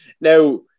now